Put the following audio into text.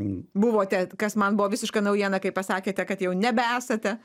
buvote kas man buvo visiška naujiena kai pasakėte kad jau nebesate